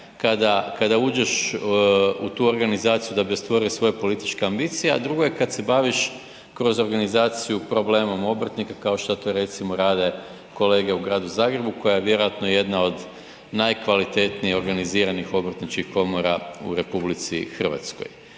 kada uđeš u tu organizaciju da bi ostvario svoje političke ambicije, a drugo je kad se baviš kroz organizaciju problemom obrtnika kao što to recimo rade kolege u Gradu Zagrebu koja je vjerojatno jedna od najkvalitetnije organiziranih obrtničkih komora u RH.